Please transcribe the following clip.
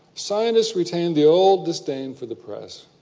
scientists retain the old disdain for the press.